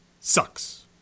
sucks